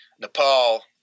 Nepal